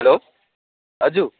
hello दाजु